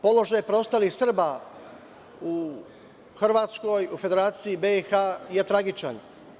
Položaj preostalih Srba u Hrvatskoj u Federaciji BiH je tragičan.